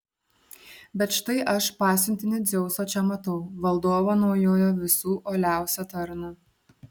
bet štai aš pasiuntinį dzeuso čia matau valdovo naujojo visų uoliausią tarną